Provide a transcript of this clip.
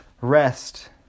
rest